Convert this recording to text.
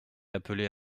appelait